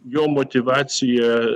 jo motyvacija